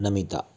Namita